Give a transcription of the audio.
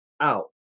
out